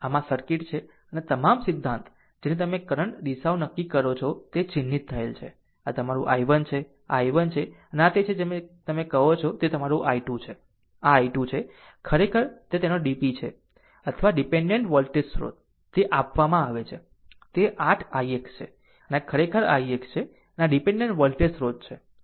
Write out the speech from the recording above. આમ આ સર્કિટ છે અને તમામ સિદ્ધાંત જેને તમે કરંટ દિશાઓ નક્કી કરો છો તે ચિહ્નિત થયેલ છે આ તમારું i1 છે આ i1 છે અને આ તે છે જેને તમે કરો છો તે તમારું i2 છે આ i2 છે ખરેખર તે તેનો DP છે અથવા ડીપેન્ડેન્ટ વોલ્ટેજ સ્રોત તે આપવામાં આવે છે તે 8 ix છે અને આ ખરેખર ix છે અને આ ડીપેન્ડેન્ટ વોલ્ટેજ સ્રોત છે